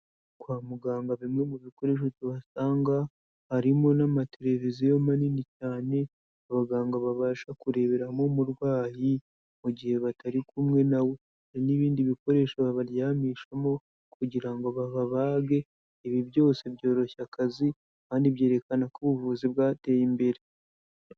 Kwa muganga bimwe mu bikoresho tuhasanga, harimo n'amateleviziyo manini cyane abaganga babasha kureberamo umurwayi, mu gihe batari kumwe na we, hari n'ibindi bikoresho babaryamishamo kugira ngo babage, ibi byose byoroshya akazi kandi byerekana ko ubuvuzi bwateye imbere.